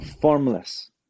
formless